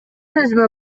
өзүмө